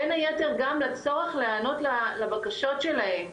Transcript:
בין היתר גם בצורך להיענות לבקשות שלהם,